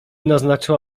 naznaczyła